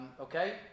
Okay